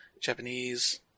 Japanese